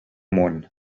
món